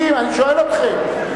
אני שואל אתכם,